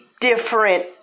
different